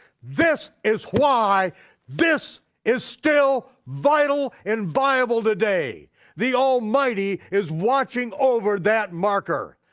this is why this is still vital and viable today. the almighty is watching over that marker.